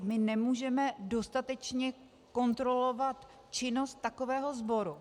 My nemůžeme dostatečně kontrolovat činnost takového sboru.